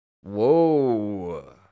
Whoa